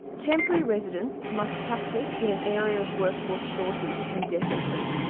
temporary residents must practice in an area of workforce shortage indefinitely.